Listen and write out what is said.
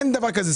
אין דבר כזה.